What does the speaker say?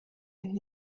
nti